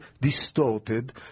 distorted